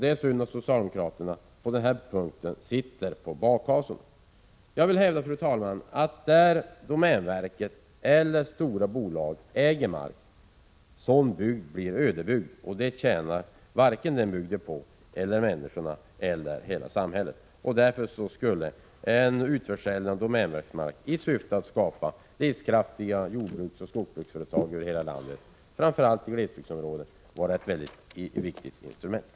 Det är synd att socialdemokraterna på den punkten sätter sig på bakhasorna. Jag vill, fru talman, hävda att de bygder där domänverket eller andra stora bolag äger mark blir ödebygder. Det tjänar inte vare sig bygden, människorna eller samhället i övrigt på. Därför skulle en utförsäljning av domänverkets mark i syfte att skapa livskraftiga jordbruksoch skogsbruksföretag över hela landet — och framför allt i glesbygdsområden — kunna vara ett viktigt instrument.